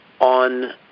on